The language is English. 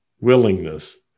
willingness